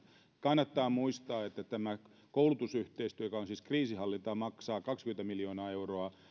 kannattaa muistaa että tämä koulutusyhteistyö joka on siis kriisinhallintaa maksaa kaksikymmentä miljoonaa euroa